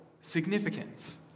significance